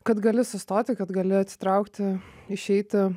kad gali sustoti kad gali atsitraukti išeiti